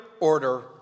order